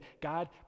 God